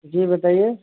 जी बताइए